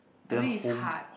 I think it's hard